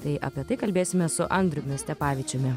tai apie tai kalbėsimės su andriumi stepavičiumi